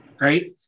right